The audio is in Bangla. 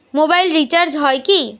মোবাইল রিচার্জ হয় কি?